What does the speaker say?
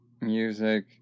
music